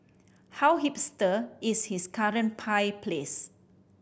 how hipster is his current pie place